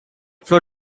flow